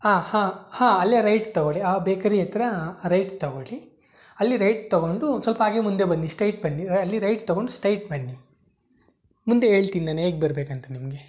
ಹಾಂ ಹಾಂ ಹಾಂ ಅಲ್ಲೇ ರೈಟ್ ತಗೊಳ್ಳಿ ಆ ಬೇಕರಿ ಹತ್ತಿರ ರೈಟ್ ತಗೊಳ್ಳಿ ಅಲ್ಲಿ ರೈಟ್ ತಗೊಂಡು ಒಂಸ್ವಲ್ಪ ಹಾಗೇ ಮುಂದೆ ಬನ್ನಿ ಸ್ಟೈಟ್ ಬನ್ನಿ ಅಲ್ಲಿ ರೈಟ್ ತಗೊಂಡು ಸ್ಟೈಟ್ ಬನ್ನಿ ಮುಂದೆ ಹೇಳ್ತೀನ್ ನಾನು ಹೇಗ್ ಬರಬೇಕಂತ ನಿಮಗೆ